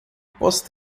posso